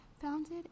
Founded